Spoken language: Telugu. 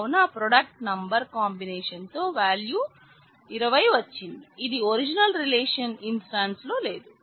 కావున ప్రొడక్ట్ నంబర్ కాంబినేషన్ తో వ్యాల్యూ 20 వచ్చింది ఇది ఒరిజినల్ రిలేషన్ ఇన్స్టాన్స్ లో లేదు